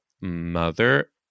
mother